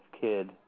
kid